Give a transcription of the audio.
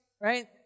right